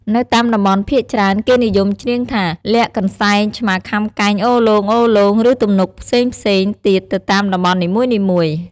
នៅតាមតំបន់ភាគច្រើន គេនិយមច្រៀងថា លាក់កន្សែង ឆ្មាខាំកែង អូសលោងៗ ឬទំនុកផ្សេងៗទៀតទៅតាមតំបន់នីមួយៗ។